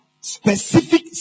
specific